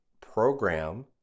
program